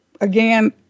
again